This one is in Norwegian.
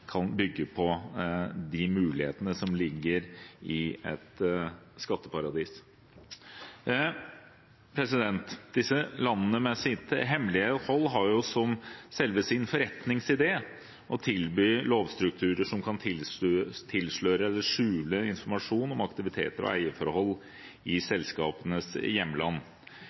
kan bygge på de mulighetene som ligger i et skatteparadis. Disse landene, med sitt hemmelighetshold, har som selve sin forretningsidé å tilby lovstrukturer som kan tilsløre eller skjule informasjon om aktiviteter og eierforhold i